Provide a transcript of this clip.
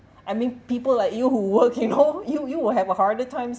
I mean people like you who work you know you you will have a harder times